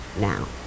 now